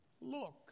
look